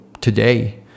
today